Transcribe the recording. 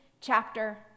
chapter